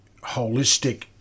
holistic